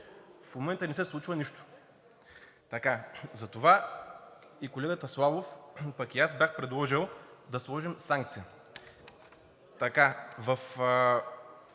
В момента не се случва нищо. Затова и колегата Славов, пък и аз бях предложил, да сложим санкция. На